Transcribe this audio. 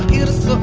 yes